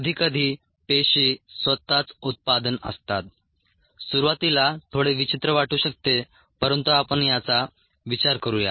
कधीकधी पेशी स्वतःच उत्पादन असतात सुरुवातीला थोडे विचित्र वाटू शकते परंतु आपण याचा विचार करूया